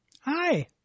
Hi